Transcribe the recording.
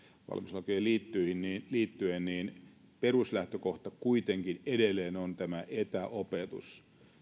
valmiuslakeihin liittyen niin peruslähtökohta kuitenkin edelleen on tämä etäopetus